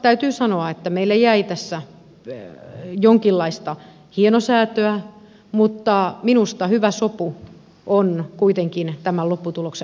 täytyy sanoa että meille jäi tässä jonkinlaista hienosäätöä mutta minusta hyvä sopu on kuitenkin tämän lopputuloksen arvoinen